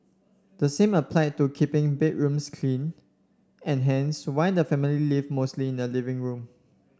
the same applied to keeping bedrooms clean and hence why the family lived mostly in the living room